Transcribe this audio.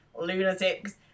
lunatics